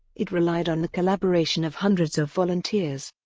it relied on the collaboration of hundreds of volunteers.